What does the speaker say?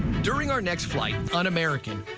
during our next flight, on american,